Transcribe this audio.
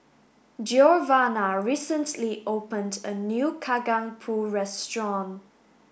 Giovanna recently opened a new Kacang Pool restaurant